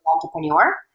entrepreneur